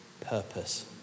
purpose